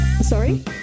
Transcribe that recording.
sorry